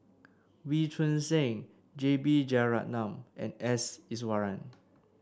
Wee Choon Seng J B Jeyaretnam and S Iswaran